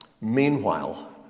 Meanwhile